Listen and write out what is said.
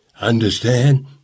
Understand